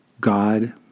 God